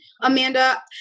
Amanda